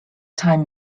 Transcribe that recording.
time